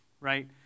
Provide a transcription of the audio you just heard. right